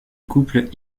couple